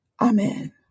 Amen